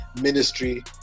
Ministry